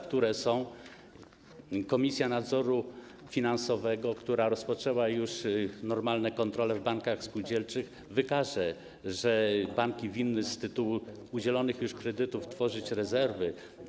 Komisja Nadzoru Finansowego, która już rozpoczęła normalne kontrole w bankach spółdzielczych, wykaże, że banki winny z tytułu udzielonych już kredytów tworzyć rezerwy.